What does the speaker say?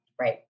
Right